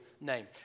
name